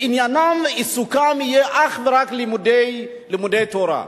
ועניינם ועיסוקם יהיה אך ורק לימודי תורה.